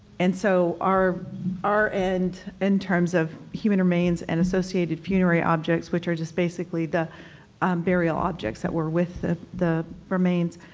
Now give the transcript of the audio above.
and so our our end in terms of human remains and associated funerary objects, which are just basically the burial objects that were with the the remains,